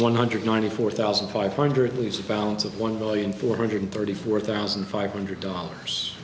one hundred ninety four thousand five hundred leaves a balance of one million four hundred thirty four thousand five hundred dollars